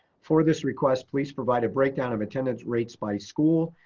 for this request, please provide a breakdown of attendance rates by school,